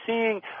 seeing